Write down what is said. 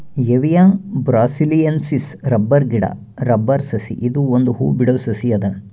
Hevea ಬ್ರಾಸಿಲಿಯೆನ್ಸಿಸ್ rubber ಗಿಡಾ rubber ಸಸಿ ಇದು ಒಂದ್ ಹೂ ಬಿಡೋ ಸಸಿ ಅದ